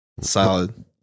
Solid